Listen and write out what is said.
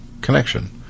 connection